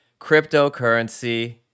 cryptocurrency